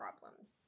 problems